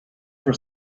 for